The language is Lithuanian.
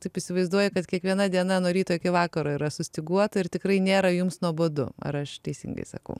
taip įsivaizduoju kad kiekviena diena nuo ryto iki vakaro yra sustyguota ir tikrai nėra jums nuobodu ar aš teisingai sakau